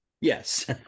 yes